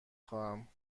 خواهم